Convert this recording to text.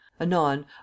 Anon